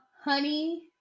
honey